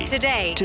Today